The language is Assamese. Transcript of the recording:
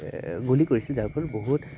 গুলি কৰিছিল যাৰ ফলত বহুত